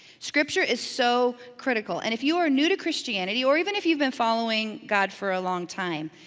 scripture is so critical, and if you are new to christianity or even if you've been following god for a long time,